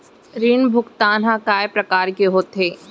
ऋण भुगतान ह कय प्रकार के होथे?